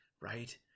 right